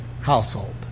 household